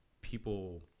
People